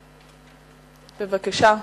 בבקשה.